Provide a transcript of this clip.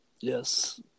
Yes